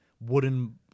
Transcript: wooden